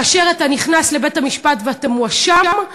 כאשר אתה נכנס לבית-המשפט ואתה מואשם,